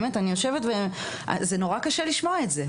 זה נורא קשה לשמוע את זה.